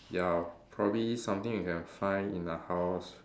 ya probably something you can find in the house